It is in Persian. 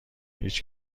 هیچ